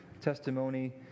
testimony